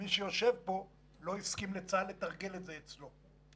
שמי שיושב פה לא הסכים לצה"ל לתרגל את זה אצלו.